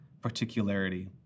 particularity